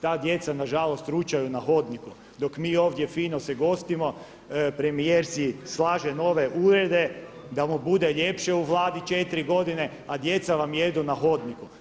Ta djeca na žalost ručaju na hodniku dok mi ovdje fino se gostimo, premijer si slaže nove urede da mu bude ljepše u Vladi 4 godine, a djeca vam jedu na hodniku.